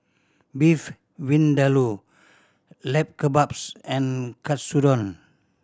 Beef Vindaloo Lamb Kebabs and Katsudon